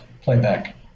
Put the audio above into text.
playback